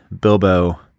Bilbo